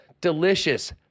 Delicious